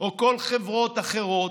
או חברות אחרות,